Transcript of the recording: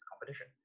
competition